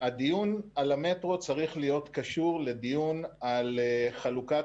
הדיון על המטרו צריך להיות קשור לדיון על חלוקת